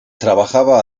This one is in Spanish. trabajaba